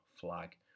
flag